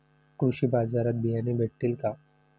कृषी बाजारात बियाणे भेटतील का?